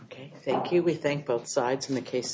ok thank you we think both sides in the case